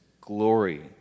glory